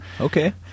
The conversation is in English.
Okay